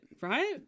right